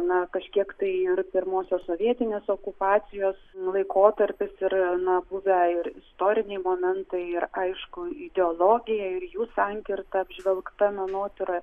na kažkiek tai ir pirmosios sovietinės okupacijos laikotarpis ir na buvę ir istoriniai momentai ir aišku ideologija ir jų sankirta apžvelgta menotyroje